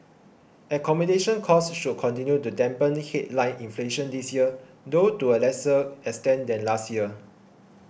accommodation costs should continue to dampen headline inflation this year though to a lesser extent than last year